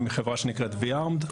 אני מחברה שנקראת V-armed,